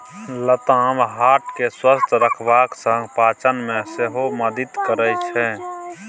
लताम हार्ट केँ स्वस्थ रखबाक संग पाचन मे सेहो मदति करय छै